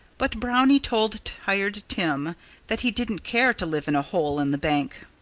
but brownie told tired tim that he didn't care to live in a hole in the bank.